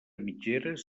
mitgeres